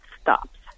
stops